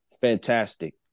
Fantastic